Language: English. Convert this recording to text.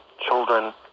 children